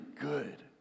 good